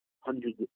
hundreds